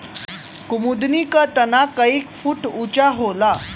कुमुदनी क तना कई फुट ऊँचा होला